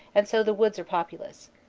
and so the woods are populous.